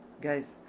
guys